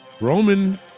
Roman